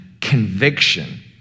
conviction